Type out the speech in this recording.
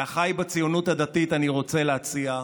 לאחיי בציונות הדתית אני רוצה להציע: